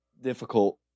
difficult